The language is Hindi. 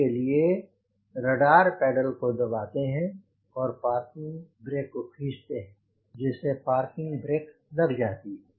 इसके लिए रडार पेडल को दबाते हैं और पार्किंग ब्रेक को खींचते हैं जिससे पार्किंग ब्रेक लग जाती है